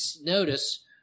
notice